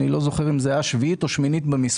אני לא זוכר אם זאת הייתה הארכה שביעית או שמינית במספר,